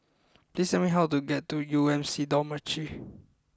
please tell me how to get to U M C Dormitory